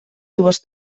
dues